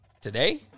Today